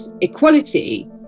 equality